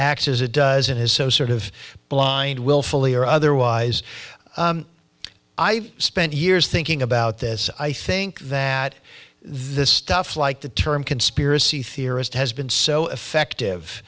acts as it does it is so sort of blind willfully or otherwise i've spent years thinking about this i think that this stuff like the term conspiracy theorist has been so effective